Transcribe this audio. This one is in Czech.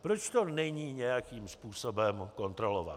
Proč to není nějakým způsobem kontrolováno?